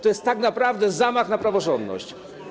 To jest tak naprawdę zamach na praworządność.